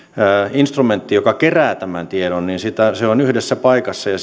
instrumentti joka kerää tämän tiedon niin se on yhdessä paikassa ja